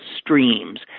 streams